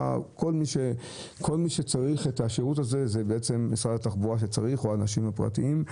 כל מי שצריך את השירות הזה הוא בעצם משרד התחבורה או אנשים פרטיים.